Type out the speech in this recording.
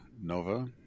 Nova